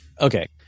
Okay